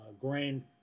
grain